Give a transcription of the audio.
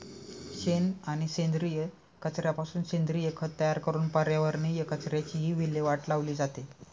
शेण आणि सेंद्रिय कचऱ्यापासून सेंद्रिय खत तयार करून पर्यावरणीय कचऱ्याचीही विल्हेवाट लावली जाते